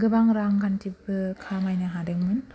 गोबां रांखान्थिफोर खामायनो हादोंमोन